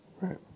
right